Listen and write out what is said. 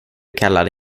kallade